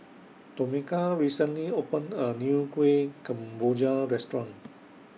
Tomeka recently opened A New Kuih Kemboja Restaurant